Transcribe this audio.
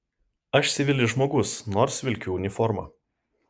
aš civilis žmogus nors vilkiu uniformą